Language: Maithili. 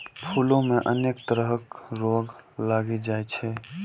फूलो मे अनेक तरह रोग लागि जाइ छै